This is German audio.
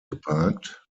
geparkt